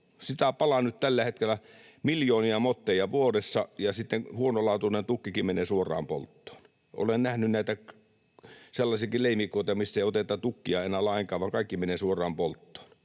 Sitä palaa nyt tällä hetkellä miljoonia motteja vuodessa, ja sitten huonolaatuinen tukkikin menee suoraan polttoon. Olen nähnyt sellaisiakin leimikoita, mistä ei oteta tukkia enää lainkaan, vaan kaikki menee suoraan polttoon,